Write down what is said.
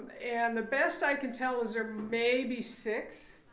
and the best i can tell is there may be six.